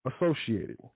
associated